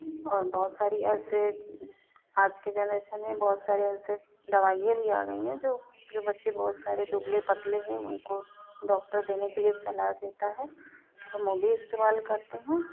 और बहुत सारी ऐसे आज के जेनरेशन में बहुत सारी ऐसे दवाइयाँ भी आ गई हैं जो बच्चे बहुत सारे दुबले पतले हैं उनको डाक्टर देने के लिए सलाह देता है मैं भी इस्तेमाल करती हूँ